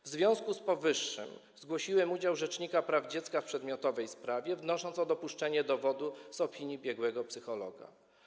W związku z powyższym zgłosiłem udział rzecznika praw dziecka w przedmiotowej sprawie, wnosząc o dopuszczenie dowodu z opinii biegłego psychologa.